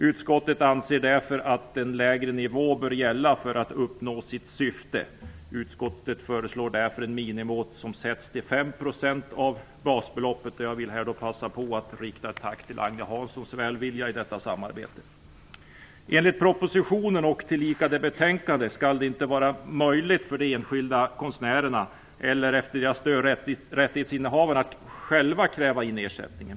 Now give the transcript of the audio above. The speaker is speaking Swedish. Utskottet anser därför att en lägre nivå bör gälla och föreslår att miniminivån sätts till 5 % av basbeloppet. Jag vill passa på att rikta ett tack till Agne Hansson för hans välvilja i samarbetet. Enligt propositionen och tillika detta betänkande skall det inte vara möjligt för de enskilda konstnärerna eller, efter deras död, rättighetsinnehavarna att själva kräva in ersättningen.